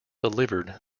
delivered